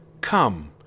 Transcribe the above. come